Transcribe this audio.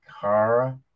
Kara